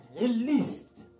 released